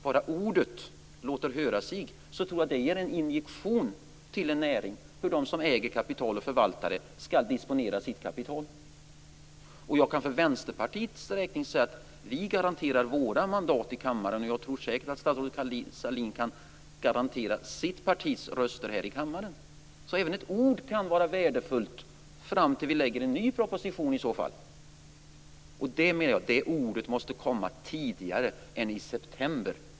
Bara ordet låter höra sig tror jag att det ger en injektion till en näring om hur de som äger kapital och förvaltar det skall disponera sitt kapital. För Vänsterpartiets räkning kan jag säga att vi garanterar våra mandat i kammaren. Jag tror säkert också att statsrådet Sahlin kan garantera sitt partis röster här i kammaren, så även ett ord kan vara värdefullt fram till dess att vi lägger fram en ny proposition. Det ordet måste komma tidigare än i september.